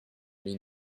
mais